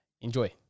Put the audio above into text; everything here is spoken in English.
enjoy